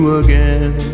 again